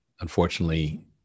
unfortunately